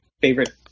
favorite